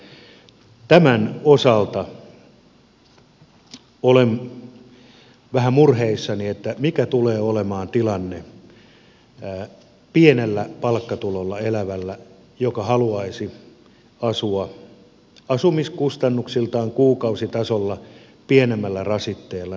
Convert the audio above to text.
tämän osalta olen vähän murheissani että mikä tulee olemaan tilanne pienellä palkkatulolla elävällä joka haluaisi asua asumiskustannuksiltaan kuukausitasolla pienemmällä rasitteella